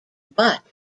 but